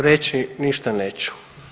Reći ništa neću.